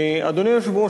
אדוני היושב-ראש,